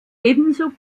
ebenso